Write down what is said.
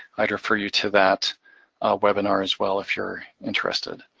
i'd refer you to that webinar as well if you're interested.